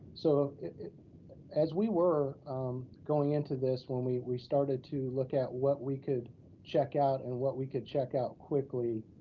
so as we were going into this, when we we started to look at what we could check out and what we could check out quickly,